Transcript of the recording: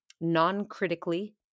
non-critically